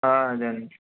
అదే అండి